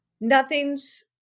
Nothing's